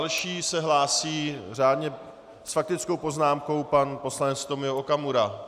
A další se hlásí řádně s faktickou poznámkou pan poslanec Tomio Okamura.